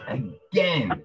again